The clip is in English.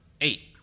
eight